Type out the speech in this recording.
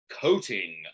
coating